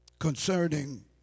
Concerning